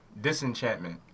Disenchantment